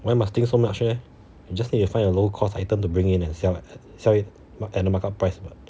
why must think so much leh you just need to find a low cost item to bring in and sell at a sell it at a marked up price [what]